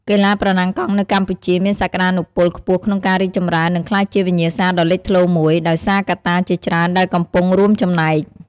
កីឡាប្រណាំងកង់នៅកម្ពុជាមានសក្ដានុពលខ្ពស់ក្នុងការរីកចម្រើន និងក្លាយជាវិញ្ញាសាដ៏លេចធ្លោមួយ ដោយសារកត្តាជាច្រើនដែលកំពុងរួមចំណែក។